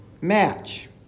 match